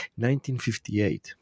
1958